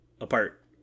apart